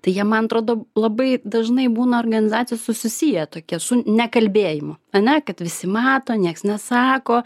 tai jie man atrodo labai dažnai būna organizacijos susisiję tokie su nekalbėjimu aną kad visi mato nieks nesako